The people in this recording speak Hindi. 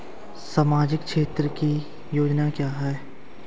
सामाजिक क्षेत्र की योजना क्या है?